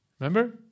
Remember